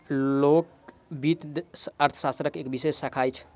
लोक वित्त अर्थशास्त्रक एक विशेष शाखा अछि